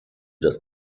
das